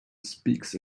speaks